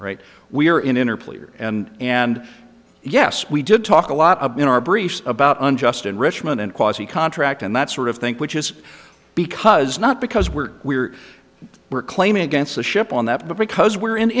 right we're in inner players and and yes we did talk a lot in our briefs about unjust enrichment and quasi contract and that sort of thing which is because not because we're we're we're claiming against the ship on that but because we're in